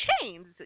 chains